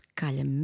calha